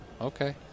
okay